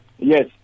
Yes